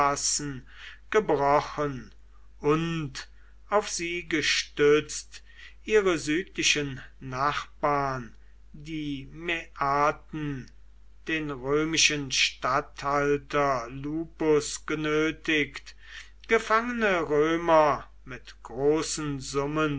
gebrochen und auf sie gestützt ihre südlichen nachbarn die maeaten den römischen statthalter lupus genötigt gefangene römer mit großen summen